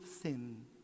sin